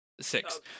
six